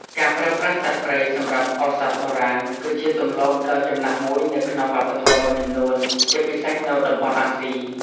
ការប្រើប្រាស់សត្វព្រៃសម្រាប់ឱសថបុរាណគឺជាទម្លាប់ដ៏ចំណាស់មួយនៅក្នុងវប្បធម៌មួយចំនួន ជាពិសេសនៅតំបន់អាស៊ី។